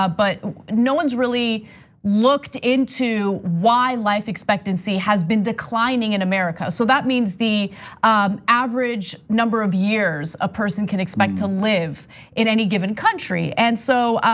ah but no one's really looked into why life expectancy has been declining in america. so that means the average number of years a person can expect to live in any given country. and so,